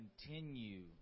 continue